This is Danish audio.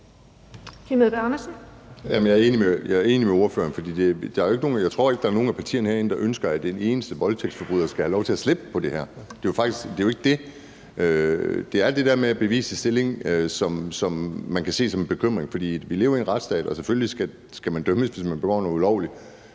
(DD): Jeg er enig med ordføreren. For jeg tror jo ikke, at der er nogen af partierne herinde, der ønsker, at en eneste voldtægtsforbryder skal have lov til at slippe i forhold til det. Men det er jo faktisk det med bevisets stilling, som man kan se som en bekymring. For vi lever jo i en retsstat, og selvfølgelig skal man dømmes, hvis man begår noget ulovligt,